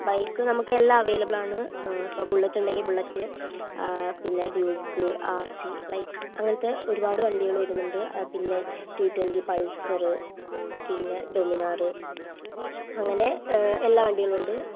bike നമ്മൾക്ക് എല്ലാം available ആണ് ഇപ്പോൾ ബുള്ളറ്റ് ഉണ്ടെങ്കിൽ ബുള്ളറ്റ് പിന്നെ ഡ്യൂക്ക് ആർ സി ലൈക്ക് അങ്ങനത്തെ ഒരുപാട് വണ്ടികൾ വരുന്നുണ്ട് ആ പിന്നെ റ്റുറ്റൊൻറ്റി പൾസർ പിന്നെ ഡൊമിനാർ അങ്ങനെ എല്ലാ വണ്ടികളും ഉണ്ട്